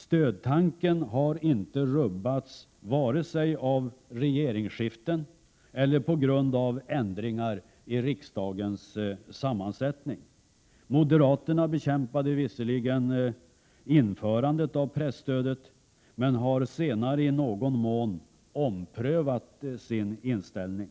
Stödtanken har inte rubbats vare sig av regeringsskiften eller av ändringar i riksdagens sammansättning. Moderaterna bekämpade visserligen införandet av presstödet men har senare i någon mån omprövat sin inställning.